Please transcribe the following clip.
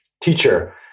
teacher